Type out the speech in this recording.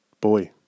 Boy